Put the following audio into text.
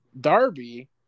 Darby